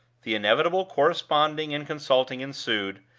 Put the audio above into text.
the inevitable corresponding and consulting ensued,